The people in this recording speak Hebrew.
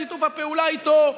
בשיתוף הפעולה איתו,